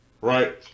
right